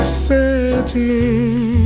setting